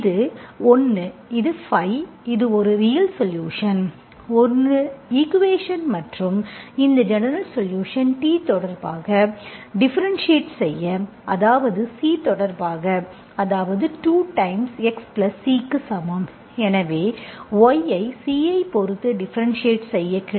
இது 1 இது ஃபை இது ஒரு ரியல்சொலுஷன் ஒரு ஈக்குவேஷன் மற்றும் இந்த ஜெனரல் சொலுஷன் T தொடர்பாக டிஃபரென்ஷியேட் செய்ய அதாவது C தொடர்பாக அதாவது 2 டைம்ஸ் x பிளஸ் C க்கு சமம் எனவே y ஐ C பொறுத்து டிஃபரென்ஷியேட் செய்ய கிடைப்பது